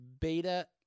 beta